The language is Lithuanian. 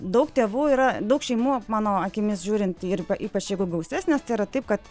daug tėvų yra daug šeimų mano akimis žiūrint ir ypač jeigu gausesnės tai yra taip kad